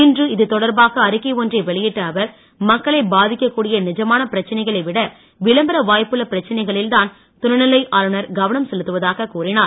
இன்று இது தொடர்பாக அறிக்கை ஒன்றை வெளியிட்ட அவர் மக்களை பாதிக்கக்கூடிய நிஜமான பிரச்சனைகளை விட விளம்பர வாய்ப்புள்ள பிரச்சனைகளில்தான் துணைநிலை ஆளுநர் கவனம் செலுத்துவதாகக் கூறினார்